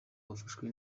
wafashwe